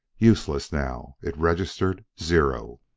useless now, it registered zero.